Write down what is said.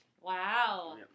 wow